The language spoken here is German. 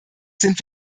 sind